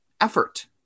effort